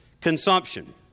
consumption